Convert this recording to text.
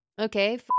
Okay